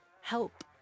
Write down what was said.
help